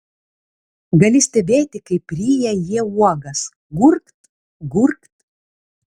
gali stebėti kaip ryja jie uogas gurkt gurkt